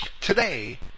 Today